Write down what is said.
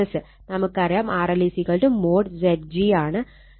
നമുക്കറിയാം RL mode Zg ആണ്